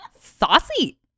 Saucy